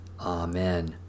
Amen